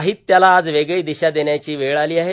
साहित्याला आज वेगळी दिशा देण्याची वेळ आली आहे